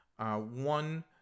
One